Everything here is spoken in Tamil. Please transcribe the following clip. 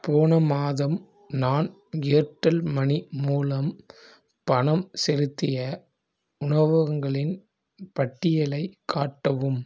போன மாதம் நான் ஏர்டெல் மனி மூலம் பணம் செலுத்திய உணவகங்களின் பட்டியலைக் காட்டவும்